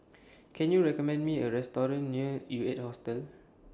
Can YOU recommend Me A Restaurant near U eight Hostel